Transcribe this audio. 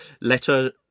letter